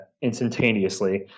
instantaneously